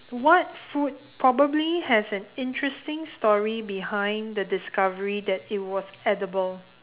what food probably has an interesting story behind the discovery that it was edible